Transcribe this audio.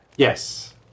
Yes